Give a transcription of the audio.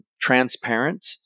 transparent